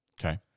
Okay